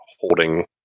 holding